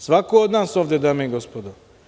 Svako od nas ovde, dame i gospodo.